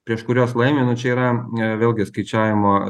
prieš kuriuos laimi nu čia yra vėlgi skaičiavimo